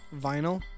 vinyl